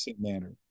manner